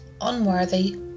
unworthy